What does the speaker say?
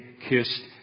kissed